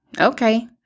Okay